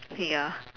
ya